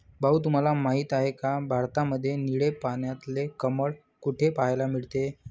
भाऊ तुम्हाला माहिती आहे का, भारतामध्ये निळे पाण्यातले कमळ कुठे पाहायला मिळते?